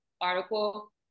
article